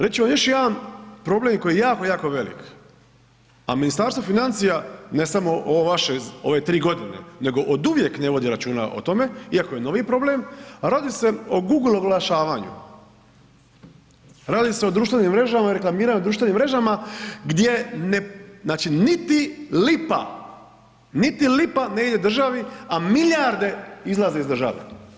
Reći ću vam još jedan problem koji je jako, jako velik, a Ministarstvo financija, ne samo ove vaše, ove 3.g., nego oduvijek ne vodi računa o tome iako je novi problem, a radi se o Google oglašavanju, radi se o društvenim mrežama i reklamiranju društvenim mrežama gdje, znači niti lipa, niti lipa ne ide državi, a milijarde izlaze iz države.